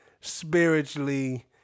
spiritually